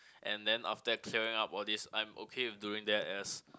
and then after that clearing up all this I'm okay with doing that as